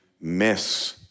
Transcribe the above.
miss